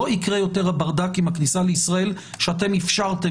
לא יקרה יותר הברדק עם הכניסה לישראל שאתם אפשרתם